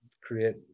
create